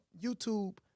YouTube